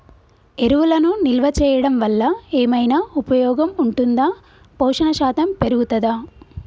ఎరువులను నిల్వ చేయడం వల్ల ఏమైనా ఉపయోగం ఉంటుందా పోషణ శాతం పెరుగుతదా?